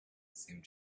seemed